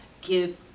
give